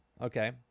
okay